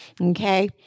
Okay